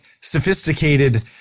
sophisticated